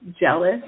jealous